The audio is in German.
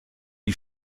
die